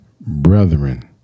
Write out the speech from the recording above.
Brethren